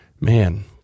Man